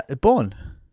born